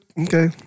Okay